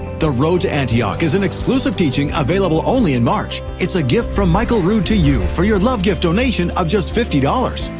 the road to antioch is an exclusive teaching available only in march. it's a gift from michael rood to you for your love gift donation of just fifty dollars.